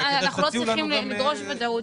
אתה מסביר לנו למה אנחנו לא צריכים לדרוש ודאות.